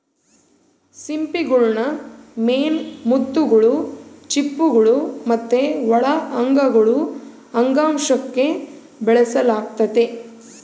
ಸಿಂಪಿಗುಳ್ನ ಮೇನ್ ಮುತ್ತುಗುಳು, ಚಿಪ್ಪುಗುಳು ಮತ್ತೆ ಒಳ ಅಂಗಗುಳು ಅಂಗಾಂಶುಕ್ಕ ಬೆಳೆಸಲಾಗ್ತತೆ